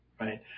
right